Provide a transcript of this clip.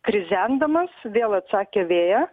krizendamas vėl atsakė vėją